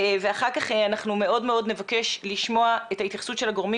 ואחר כך אנחנו נבקש לשמוע את ההתייחסות של הגורמים